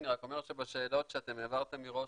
אני רק אומר שבשאלות שאתם העברתם מראש